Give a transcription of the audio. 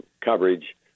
coverage